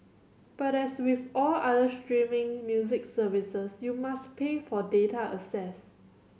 but as with all other streaming music services you must pay for data access